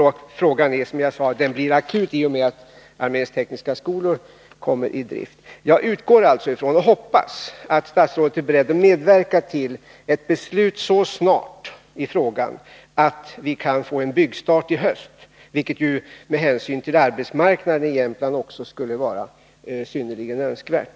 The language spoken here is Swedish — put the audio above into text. Som jag sade tidigare blir frågan akut i och med att arméns tekniska skolor börjar sin verksamhet. Jag utgår från och hoppas att statsrådet är beredd att medverka till ett beslut i frågan så snart att vi kan få en byggstart i höst, vilket också med hänsyn till arbetsmarknaden i Jämtland skulle vara synnerligen önskvärt.